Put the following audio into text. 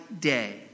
day